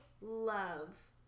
love